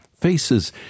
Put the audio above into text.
faces